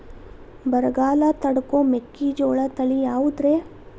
ಬರಗಾಲ ತಡಕೋ ಮೆಕ್ಕಿಜೋಳ ತಳಿಯಾವುದ್ರೇ?